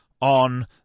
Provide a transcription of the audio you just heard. on